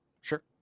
Sure